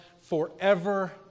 forever